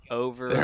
over